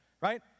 right